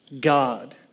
God